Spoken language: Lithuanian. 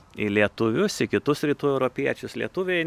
į lietuvius į kitus rytų europiečius lietuviai